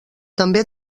també